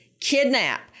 kidnap